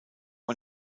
man